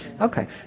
Okay